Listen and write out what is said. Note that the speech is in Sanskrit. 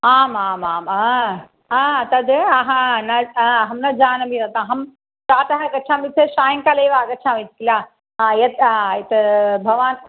आम् आम् आं हा तत् अह न हा अहं जानामि अहं प्रातः गच्छामि चेत् सायङ्काले एव आगच्छामि किल यत् यत् भवान्